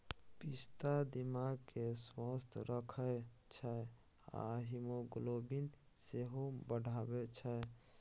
पिस्ता दिमाग केँ स्वस्थ रखै छै आ हीमोग्लोबिन सेहो बढ़ाबै छै